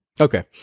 Okay